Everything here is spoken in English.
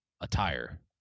attire